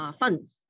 funds